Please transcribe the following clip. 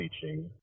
teaching